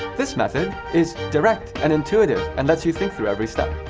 this method is direct and intuitive and lets you think through every step.